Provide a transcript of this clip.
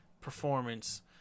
performance